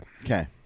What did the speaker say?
okay